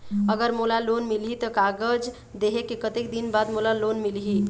अगर मोला लोन मिलही त कागज देहे के कतेक दिन बाद मोला लोन मिलही?